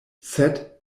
sed